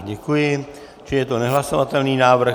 Děkuji, čili je to nehlasovatelný návrh.